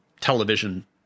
television